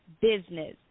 business